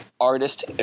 artist